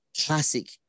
classic